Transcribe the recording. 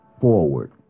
forward